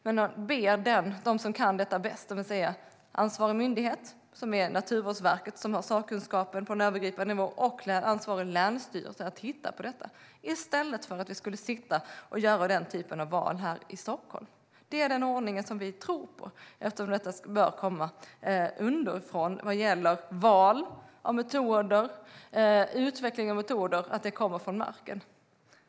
Man ber dem som kan detta bäst, det vill säga ansvarig myndighet, Naturvårdsverket, som har sakkunskapen på en övergripande nivå, och ansvarig länsstyrelse, att titta på detta, i stället för att vi ska sitta och göra den typen av val här i Stockholm. Det är den ordningen vi tror på. Detta bör komma underifrån vad gäller val av metoder och utveckling av metoder. De ska komma från marken.